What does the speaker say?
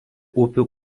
upių